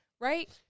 right